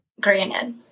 granted